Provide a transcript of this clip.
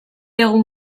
egun